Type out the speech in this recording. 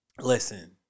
Listen